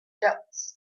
dots